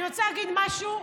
אני רוצה להגיד משהו,